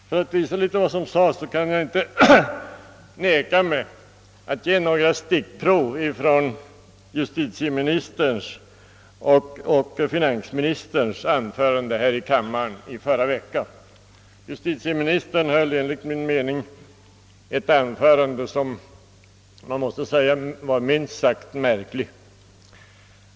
Jag kan i detta sammanhang inte neka mig nöjet att ge några stickprov från justitieministerns och finansministerns anföranden här i kammaren i förra veckan. Justitieministern höll ett anförande som var minst sagt märkligt.